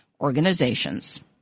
organizations